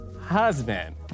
husband